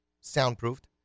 soundproofed